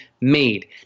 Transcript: made